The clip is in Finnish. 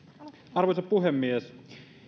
arvoisa puhemies